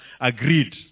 agreed